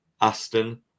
Aston